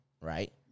right